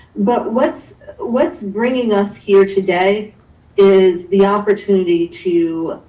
but what's what's bringing us here today is the opportunity to,